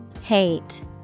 Hate